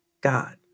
God